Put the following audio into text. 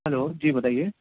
hello جی بتائیے